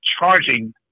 charging